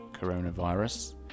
coronavirus